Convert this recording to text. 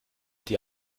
die